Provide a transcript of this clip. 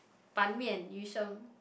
Ban Mian Yu Sheng